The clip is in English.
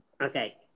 Okay